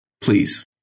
please